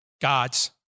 God's